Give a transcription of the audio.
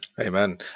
Amen